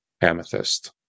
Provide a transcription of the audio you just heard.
Amethyst